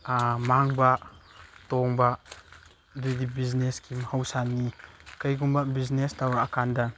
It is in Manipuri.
ꯃꯥꯡꯕ ꯇꯣꯡꯕ ꯑꯗꯨꯗꯤ ꯕꯤꯖꯤꯅꯦꯁꯀꯤ ꯃꯍꯧꯁꯥꯅꯤ ꯀꯩꯒꯨꯝꯕ ꯕꯤꯖꯤꯅꯦꯁ ꯇꯧ ꯔꯛꯑꯀꯥꯟꯗ